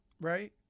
right